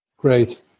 Great